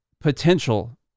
potential